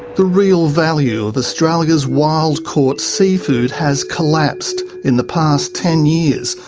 the real value of australia's wild-caught seafood has collapsed in the past ten years,